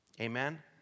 Amen